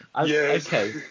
okay